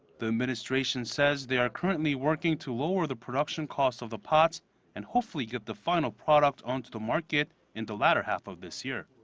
the administration says they are currently working to lower the production cost of the pots and hopefully get the final product onto the market in the latter half of this year.